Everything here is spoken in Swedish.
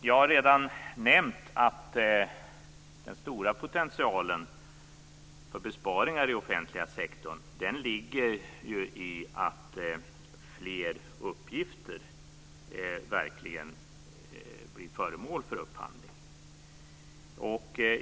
Jag har redan nämnt att den stora potentialen för besparingar inom den offentliga sektorn ligger i att fler uppgifter verkligen blir föremål för upphandling.